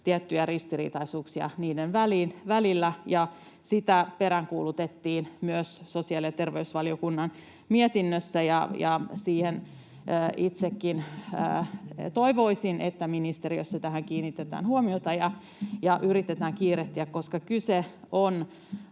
tiettyjä ristiriitaisuuksia niiden välillä. Sitä peräänkuulutettiin myös sosiaali- ja terveysvaliokunnan mietinnössä, ja itsekin toivoisin, että ministeriössä tähän kiinnitetään huomiota ja tätä yritetään kiirehtiä, koska kyse on